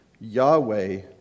Yahweh